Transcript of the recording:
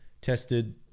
tested